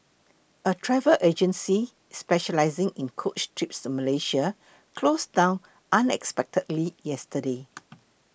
a travel agency specialising in coach trips to Malaysia closed down unexpectedly yesterday